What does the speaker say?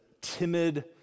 timid